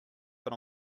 but